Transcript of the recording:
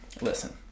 listen